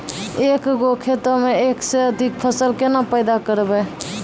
एक गो खेतो मे एक से अधिक फसल केना पैदा करबै?